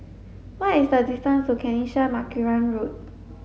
what is the distance to Kanisha Marican Road